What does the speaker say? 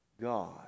God